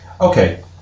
Okay